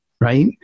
Right